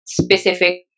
specific